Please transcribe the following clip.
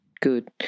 good